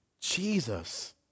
Jesus